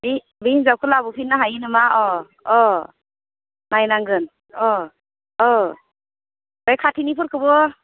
बे हिनजावखौ लाबोफिननो हायो नामा अ अ नायनांगोन अ अ बे खाथिनिफोरखौबो